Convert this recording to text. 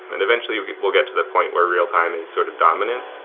and eventually we'll get to that point where real-time is sort of dominant.